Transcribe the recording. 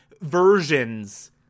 versions